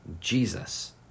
Jesus